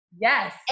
Yes